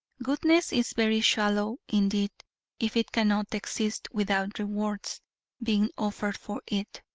goodness is very shallow indeed if it cannot exist without rewards being offered for it.